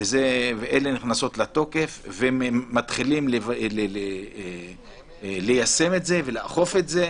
ואלה נכנסות לתוקף ומתחילים ליישם את זה ולאכוף את זה,